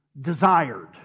desired